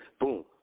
Boom